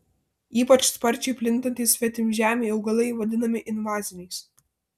ypač sparčiai plintantys svetimžemiai augalai vadinami invaziniais